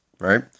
right